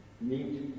meet